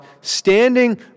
standing